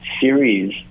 series